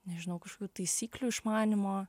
nežinau kažkokių taisyklių išmanymo